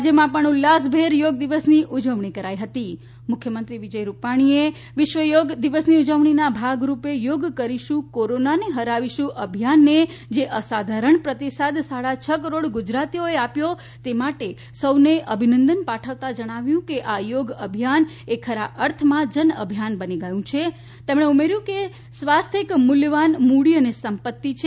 રાજ્યમાં પણ ઉત્સાહભેર થોગ દિવસની ઉજવણી કરાઇ હતી મુખ્યમંત્રીશ્રી વિજયભાઇ રૂપાણીએ વિશ્વ થોગ દિવસની ઉજવણીના ભાગરૂપે યોગ કરીશું કોરોનાને હરાવીશું અભિયાન ને જે અસાધારણ પ્રતિસાદ સાડા છ કરોડ ગુજરાતીઓ એ આપ્યો તે માટે સૌને અભિનંદન પાઠવતા જણાવ્યું કે આ યોગ અભિયાન એ ખરા અર્થમાં જન અભિયાન બની ગયું છે તેમણે ઉમેર્યુ કે સ્વાસ્થ્ય એક મૂલ્યવાન મૂડી છે અને સંપતિ છે